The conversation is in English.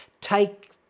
Take